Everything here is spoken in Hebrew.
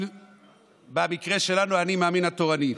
במקרה שלנו האני-מאמין התורני.